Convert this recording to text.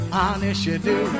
honest-you-do